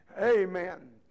Amen